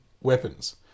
weapons